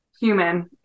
human